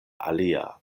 alia